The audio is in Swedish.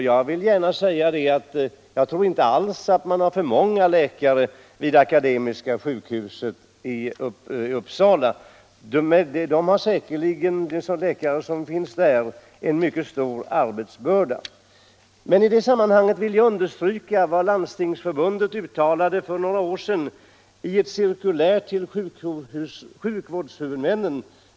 Jag tror inte alls att det finns för många läkare vid Akademiska sjukhuset i Uppsala. Läkarna där har säkerligen en mycket stor arbetsbörda. Men jag vill i det sammanhanget understryka vad Landstingsförbundet uttalade för några år sedan i ett cirkulär till sjukvårdshuvudmännen.